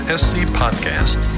scpodcast